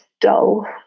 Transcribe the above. dull